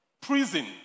prison